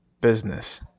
business